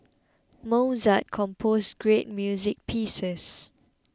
Mozart composed great music pieces